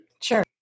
Sure